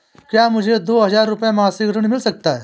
क्या मुझे दो हज़ार रुपये मासिक ऋण मिल सकता है?